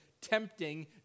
tempting